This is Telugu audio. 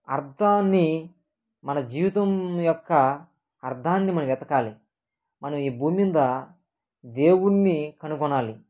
అర్థాన్ని మన జీవితం యొక్క అర్థాన్ని మనం వెతకాలి మనం ఈ భూమి మీద దేవుణ్ణి కనుగొనాలి